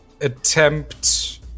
attempt